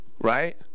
right